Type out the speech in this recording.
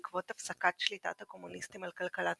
בעקבות הפסקת שליטת הקומוניסטים על כלכלת